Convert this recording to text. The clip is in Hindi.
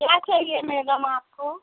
क्या चाहिए मेडम आपको